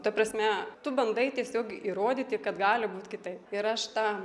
ta prasme tu bandai tiesiog įrodyti kad gali būt kitaip ir aš tą